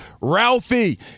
Ralphie